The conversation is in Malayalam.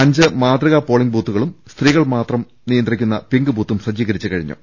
അഞ്ച് മാതൃകാ പോളിങ് ബൂത്തുകളും സ്ത്രീകൾമാത്രം നിയന്ത്രിക്കുന്ന പിങ്ക് ബൂത്തും സജ്ജീകരിച്ച് കഴിഞ്ഞു